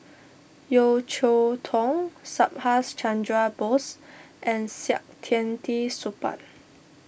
Yeo Cheow Tong Subhas Chandra Bose and Saktiandi Supaat